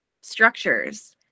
structures